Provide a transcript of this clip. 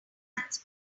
hands